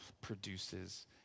produces